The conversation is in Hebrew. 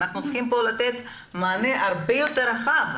אנחנו צריכים לתת פה מענה הרבה יותר רחב,